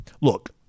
look